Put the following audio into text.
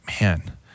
man